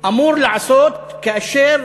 אמור לעשות כאשר